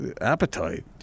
appetite